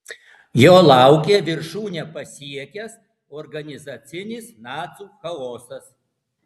jo laukė viršūnę pasiekęs organizacinis nacių chaosas